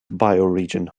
bioregion